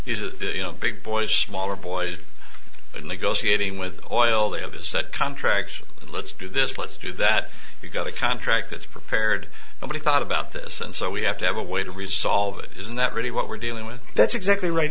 the big boys smaller boys in negotiating with oil they have a set contract let's do this let's do that we've got a contract that's prepared nobody thought about this and so we have to have a way to resolve it isn't that really what we're dealing with that's exactly right